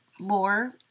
more